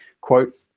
quote